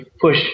push